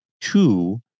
two